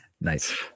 Nice